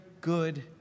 good